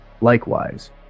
Likewise